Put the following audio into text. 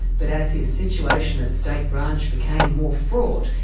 but as his situation at state branch became more fraught,